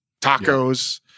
Tacos